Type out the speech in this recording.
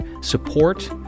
support